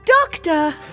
Doctor